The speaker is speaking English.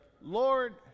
Lord